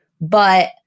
but-